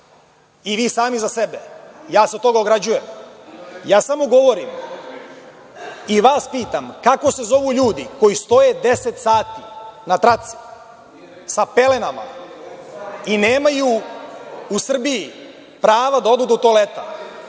i vi sami za sebe, ja se od toga ograđujem. Ja samo govorim i vas pitam kako se zovu ljudi koji stoje deset sati na traci sa pelenama i nemaju u Srbiji prava da odu do toaleta?